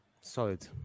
Solid